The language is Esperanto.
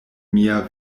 mia